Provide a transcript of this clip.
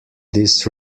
this